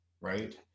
right